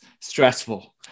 stressful